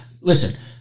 listen